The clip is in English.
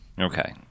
Okay